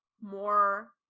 more